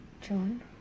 John